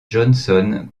johnson